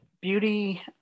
beauty